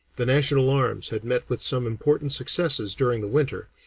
the national arms had met with some important successes during the winter,